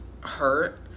hurt